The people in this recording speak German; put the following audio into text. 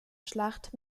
schlacht